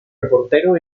reportero